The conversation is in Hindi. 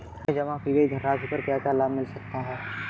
हमें जमा की गई धनराशि पर क्या क्या लाभ मिल सकता है?